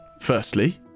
Firstly